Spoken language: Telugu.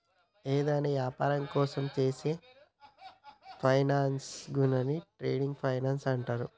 యేదైనా యాపారం కోసం చేసే ఫైనాన్సింగ్ను ట్రేడ్ ఫైనాన్స్ అంటరు